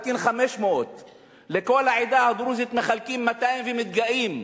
מחלקים 500. לכל העדה הדרוזית מחלקים 200 ומתגאים.